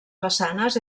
façanes